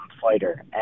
fighter